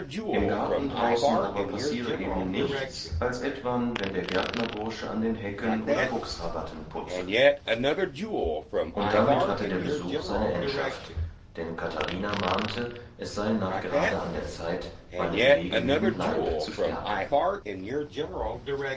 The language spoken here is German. im garten draußen aber passire eben nichts als etwan wann der gärtnerbursche an den hecken oder buchsrabatten putze und damit hatte der besuch seine endschaft denn katharina mahnte es sei nachgerade an der zeit meinen wegemüden leib zu stärken